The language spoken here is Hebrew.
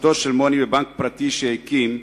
הסתבכותו של מוני בבנק פרטי שהקים,